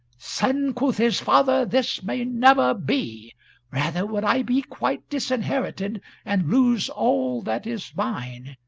son, quoth his father this may never be rather would i be quite disinherited and lose all that is mine,